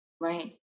Right